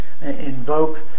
invoke